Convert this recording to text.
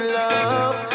love